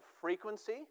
frequency